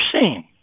seen